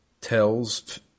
tells